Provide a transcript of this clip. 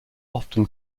often